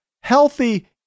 healthy